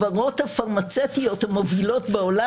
באמת המלצתי להם היא שכל אלה שהגיעו מתנגדים לרפורמה,